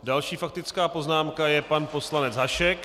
Další faktická poznámka je pan poslanec Hašek.